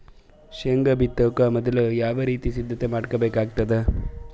ಶೇಂಗಾ ಬಿತ್ತೊಕ ಮೊದಲು ಯಾವ ರೀತಿ ಸಿದ್ಧತೆ ಮಾಡ್ಬೇಕಾಗತದ?